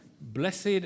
Blessed